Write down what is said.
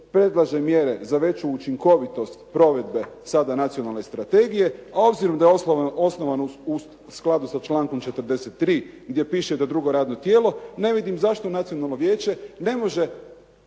predlaže mjere za veću učinkovitost provedbe sada Nacionalne strategije a obzirom da je osnovano u skladu sa člankom 43. gdje piše da drugo radno tijelo ne vidim zašto Nacionalno vijeće ne može